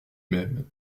même